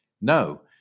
No